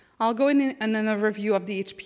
i'll go in and and review of the